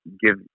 give